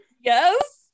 yes